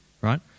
right